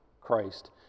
Christ